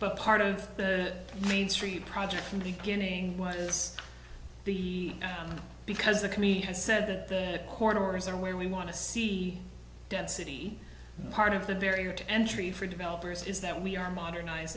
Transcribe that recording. but part of the main street project from the beginning was the because the community has said that the court orders are where we want to see density part of the very are to entry for developers is that we are moderniz